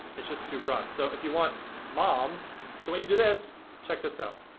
it's just too broad. so if you want moms, so when you do this, check this out.